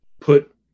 put